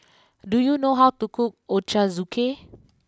do you know how to cook Ochazuke